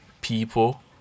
people